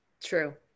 true